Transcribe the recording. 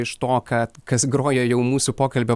iš to ką kas grojo jau mūsų pokalbio